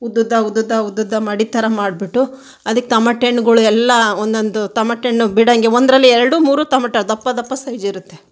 ಉದ್ದುದ್ದ ಉದ್ದುದ್ದ ಉದ್ದುದ್ದ ಮಡಿ ಥರ ಮಾಡಿಬಿಟ್ಟು ಅದಕ್ಕೆ ತಮಟೆ ಹಣ್ಗಳೆಲ್ಲಾ ಒಂದೊಂದು ತಮಟೆ ಹಣ್ಣು ಬಿಡೊಂಗೆ ಒಂದರಲ್ಲಿ ಎರಡು ಮೂರು ತಮಟ ದಪ್ಪ ದಪ್ಪ ಸೈಜ್ ಇರುತ್ತೆ